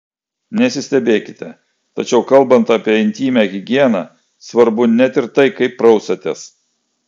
nesistebėkite tačiau kalbant apie intymią higieną svarbu net ir tai kaip prausiatės